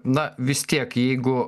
na vis tiek jeigu